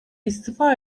istifa